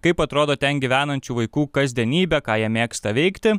kaip atrodo ten gyvenančių vaikų kasdienybė ką jie mėgsta veikti